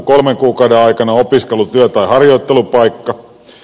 kolmen kuukauden aikana opiskelu työ tai harjoittelupaikka